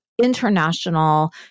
international